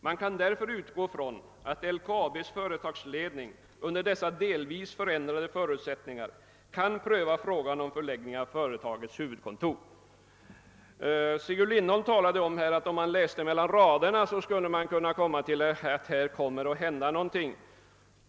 Man kan därför utgå från att LKAB:s företagsledning under vissa delvis förändrade förutsättningar kan pröva frågan om förläggningen av företagets huvudkontor.» Herr Lindholm sade att om man Jläste mellan raderna så skulle man kunna utläsa att någonting kommmer att hän da.